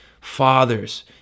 Fathers